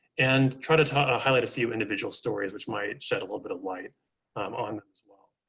and try to to ah highlight a few individual stories which might shed a little bit of light um on it as well.